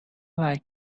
like